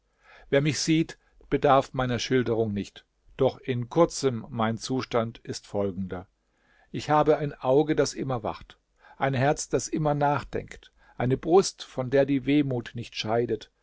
wer mich sieht bedarf meiner schilderung nicht doch in kurzem mein zustand ist folgender ich habe ein auge das immer wacht ein herz das immer nachdenkt eine brust von der die wehmut nicht scheidet